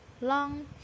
long